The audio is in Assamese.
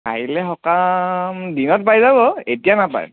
কাইলৈ সকাম দিনত পাই যাব এতিয়া নাপায়